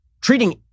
Treating